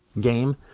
game